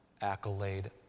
accolade